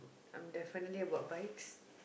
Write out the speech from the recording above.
I'm definitely about bikes